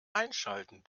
einschalten